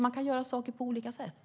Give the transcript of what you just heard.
Man kan göra saker på olika sätt.